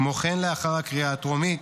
כמו כן, לאחר הקריאה הטרומית,